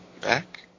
back